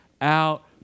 out